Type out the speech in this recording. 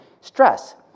stress